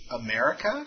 America